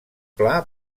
pla